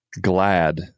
glad